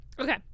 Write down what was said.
Okay